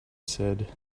said